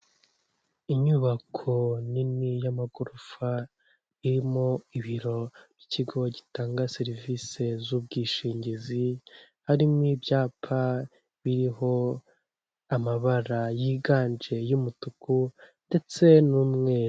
Inyubako nini y'amagorofa irimo ibiro by'ikigo gitanga serivisi z'ubwishingizi, harimo ibyapa biriho amabara yiganje y'umutuku ndetse n'umweru.